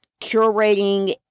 curating